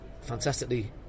fantastically